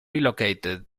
relocated